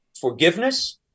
forgiveness